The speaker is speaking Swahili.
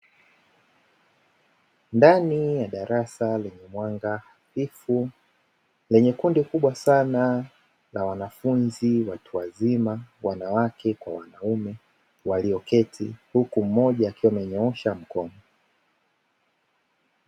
Ndani ya darasa lenye mwanga hafifu, lenye kundi kubwa sana la wanafunzi watu wazima, wanawake kwa wanaume walioketi, huku mmoja akiwa amenyoosha mkono.